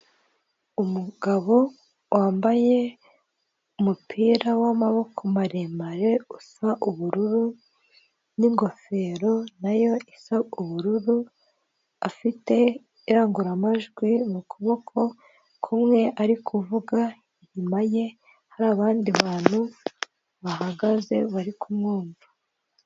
Umugabo wambaye umupira w'amaboko maremare usa ubururu n'ingofero na yo isa ubururu, afite indangururamajwi mu kuboko kumwe ari kuvuga; inyuma ye hari abandi bantu bahagaze bari kumwumva.